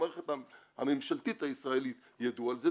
במערכת הממשלתית הישראלית ידעו על זה,